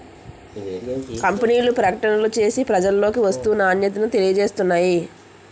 కంపెనీలు ప్రకటనలు చేసి ప్రజలలోకి వస్తువు నాణ్యతను తెలియజేస్తున్నాయి